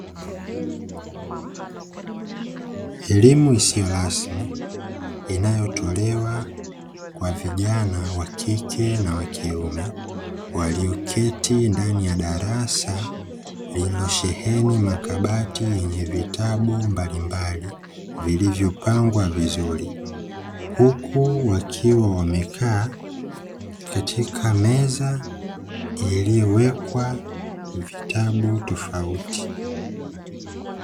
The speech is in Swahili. Elimu isiyo rasmi inayotolewa kwa vijana wa kike na wa kiume walioketi ndani ya darasa lililosheheni makabati yenye vitabu mbalimbali vilivyopangwa vizuri, huku wakiwa wamekaa katika meza iliyowekwa vitabu tofauti.